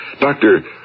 Doctor